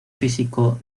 físico